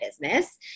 business